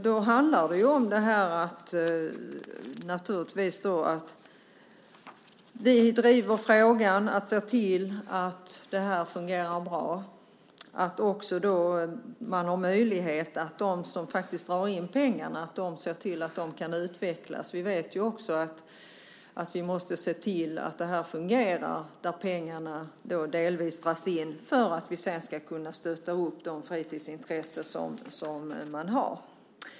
Då handlar det naturligtvis om att vi driver frågan och ser till att det här fungerar bra, att de som faktiskt drar in pengarna också har möjlighet att utvecklas. Vi vet ju också att vi måste se till att det här fungerar där pengarna delvis dras in för att vi sedan ska kunna stötta de fritidsintressen som finns.